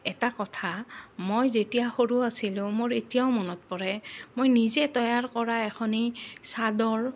এটা কথা মই যেতিয়া সৰু আছিলোঁ মোৰ এতিয়াও মনত পৰে মই নিজে তৈয়াৰ কৰা এখনি চাদৰ